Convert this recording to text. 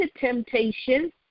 temptation